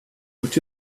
would